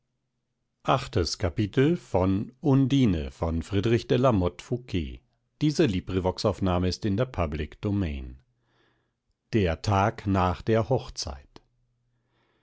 der tag nach der hochzeit